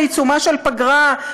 בעיצומה של פגרה,